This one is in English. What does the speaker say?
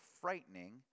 frightening